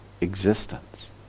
existence